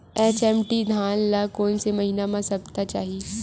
HMT धान ल कोन से महिना म सप्ता चाही?